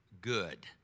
good